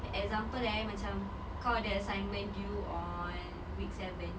the example eh macam kau ada assignment due on week seven